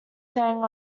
sang